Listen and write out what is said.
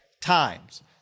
times